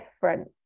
different